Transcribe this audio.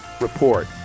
report